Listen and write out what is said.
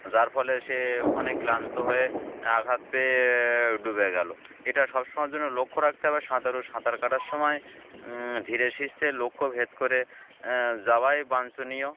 যার ফলে সে ওখানে ক্লান্ত হয়ে আঘাত পেয়ে ডুবে গেলো এটা সব সময়ের জন্য লক্ষ্য রাখতে হবে সাঁতার ও সাঁতার কাটার সময় ধীরে শিশে লক্ষ্য ভেদ করে যাওয়াই বাঞ্ছনীয়